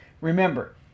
Remember